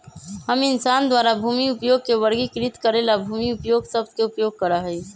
हम इंसान द्वारा भूमि उपयोग के वर्गीकृत करे ला भूमि उपयोग शब्द के उपयोग करा हई